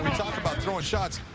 talk about throwing shots,